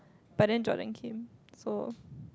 but then Jordan came so